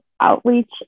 outreach